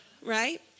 Right